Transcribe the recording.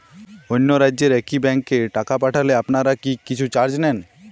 অন্য রাজ্যের একি ব্যাংক এ টাকা পাঠালে আপনারা কী কিছু চার্জ নেন?